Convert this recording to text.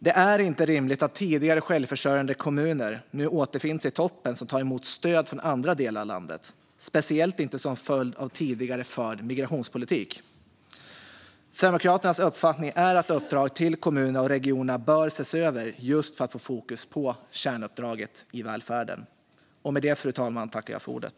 Det är inte rimligt att tidigare självförsörjande kommuner nu återfinns i toppen som tar emot stöd från andra delar av landet, speciellt inte som en följd av tidigare förd migrationspolitik. Sverigedemokraternas uppfattning är att uppdraget till kommunerna och regionerna bör ses över just för att få fokus på kärnuppdraget i välfärden. Med det, fru talman, tackar jag för ordet.